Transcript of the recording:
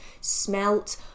smelt